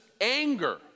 anger